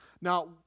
Now